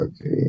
okay